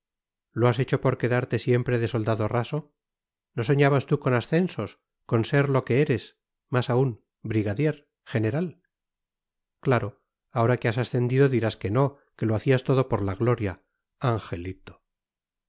lo has hecho por quedarte siempre de soldado raso no soñabas tú con ascensos con ser lo que eres más aún brigadier general claro ahora que has ascendido dirás que no que lo hacías todo por la gloria angelito